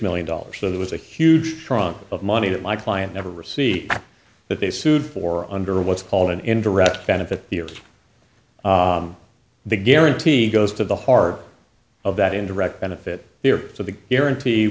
million dollars so that was a huge trunk of money that my client never see that they sued for under what's called an indirect benefit the guarantee goes to the heart of that in direct benefit here so the guarantee